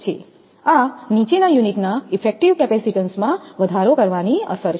આ નીચેના યુનિટના ઇફેક્ટિવ કેપેસિટીન્સમાં વધારો કરવાની અસર છે